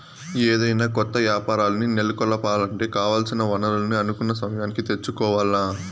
ఏదైనా కొత్త యాపారాల్ని నెలకొలపాలంటే కావాల్సిన వనరుల్ని అనుకున్న సమయానికి తెచ్చుకోవాల్ల